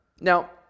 now